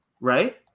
right